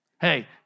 Hey